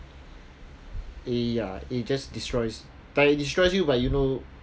eh ya it just destroys like it destroys you but you know